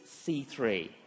C3